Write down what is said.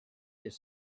his